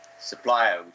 supplier